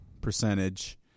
percentage